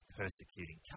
persecuting